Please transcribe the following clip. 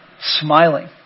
smiling